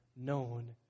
known